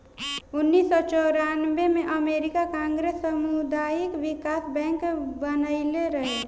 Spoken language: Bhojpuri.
उनऽइस सौ चौरानबे में अमेरिकी कांग्रेस सामुदायिक बिकास बैंक बनइले रहे